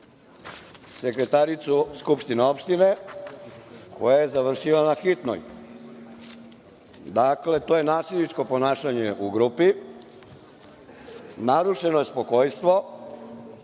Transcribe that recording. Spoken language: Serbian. sekretaricu skupštine opštine koja je završila na hitnoj. Dakle, to je nasilničko ponašanje u grupi. Narušeno je spokojstvo.